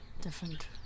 different